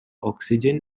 oxygen